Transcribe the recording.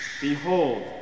Behold